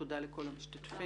תודה לכל מי המשתתפים.